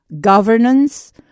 governance